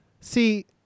see